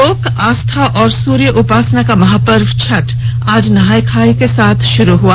लोक आस्था और सूर्योपासना का महापर्व छठ आज नहाय खाय के साथ भाुरू हो गया